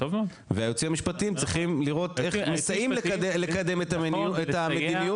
והיועצים המשפטיים צריכים לראות איך מסייעים לקדם את המדיניות,